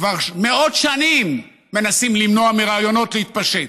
כבר מאות שנים מנסים למנוע מרעיונות להתפשט.